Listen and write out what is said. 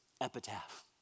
epitaph